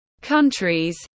countries